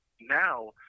now